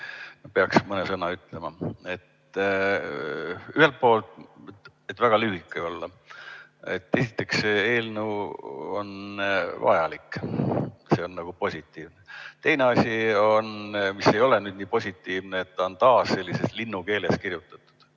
peaks mõne sõna ütlema. Ühelt poolt, väga lühidalt, esiteks, see eelnõu on vajalik, see on positiivne. Teine asi, mis ei ole nüüd nii positiivne, et ta on taas sellises linnukeeles kirjutatud,